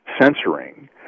censoring